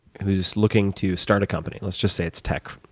who's looking to start a company let's just say it's tech,